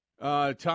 Tom